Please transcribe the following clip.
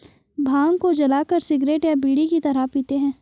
भांग को जलाकर सिगरेट या बीड़ी की तरह पीते हैं